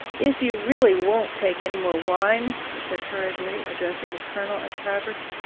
if you really won't take any more wine i said hurriedly, addressing the colonel and travers,